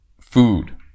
food